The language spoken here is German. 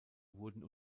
wurden